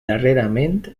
darrerament